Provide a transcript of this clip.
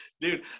dude